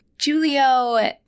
Julio